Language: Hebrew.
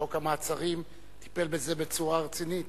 חוק המעצרים טיפל בזה בצורה רצינית.